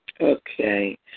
Okay